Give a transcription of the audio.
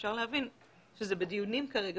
אפשר להבין שזה בדיונים כרגע,